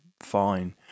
fine